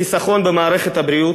לחיסכון במערכת הבריאות,